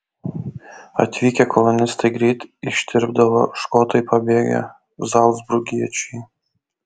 atvykę kolonistai greit ištirpdavo škotai pabėgę zalcburgiečiai